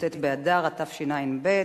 י"ט באדר התשע"ב,